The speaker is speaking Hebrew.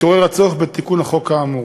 התעורר הצורך בתיקון החוק כאמור.